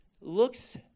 looks